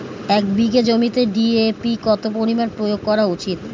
এক বিঘে জমিতে ডি.এ.পি কত পরিমাণ প্রয়োগ করা উচিৎ?